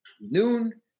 noon